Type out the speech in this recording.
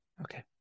Okay